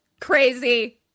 crazy